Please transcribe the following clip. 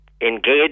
engage